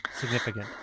significant